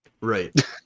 Right